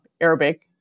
Arabic